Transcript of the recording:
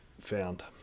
found